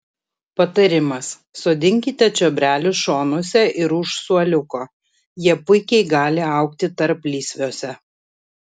patarimas sodinkite čiobrelius šonuose ir už suoliuko jie puikiai gali augti tarplysviuose